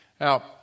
Now